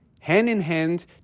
hand-in-hand